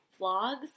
vlogs